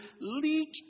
leak